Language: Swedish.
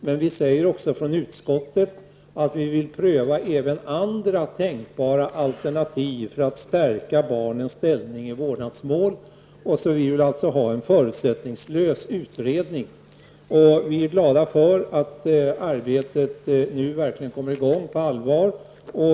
Men vi säger ju från utskottsmajoritetens sida att vill pröva även andra tänkbara alternativ för att stärka barnens ställning i vårdnadsmål, och vi vill alltså ha en förutsättningslös utredning. Vi är glada för att arbetet nu verkligen kommer i gång på allvar.